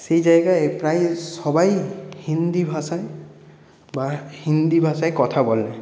সেই জায়গায় প্রায় সবাই হিন্দি ভাষায় বা হিন্দি ভাষায় কথা বলে